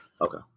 Okay